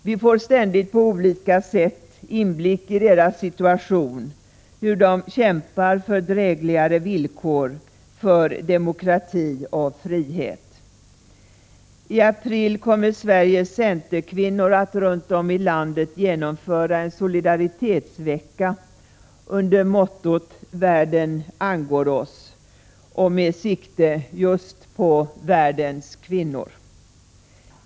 Vi får ständigt på olika sätt inblick i deras situation, hur de kämpar för drägligare villkor, för demokrati och frihet. I april kommer Sveriges centerkvinnor att runt om i landet genomföra en solidaritetsvecka under mottot ” Världen angår oss” och med sikte på just världens kvinnor.